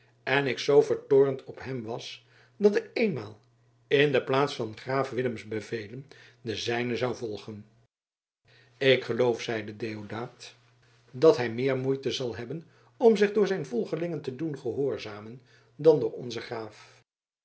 en ik zoo vertoornd op hem was dat ik eenmaal in de plaats van graaf willems bevelen de zijne zou volgen ik geloof zeide deodaat dat hij meer moeite zal hebben om zich door zijn volgelingen te doen gehoorzamen dan onze graaf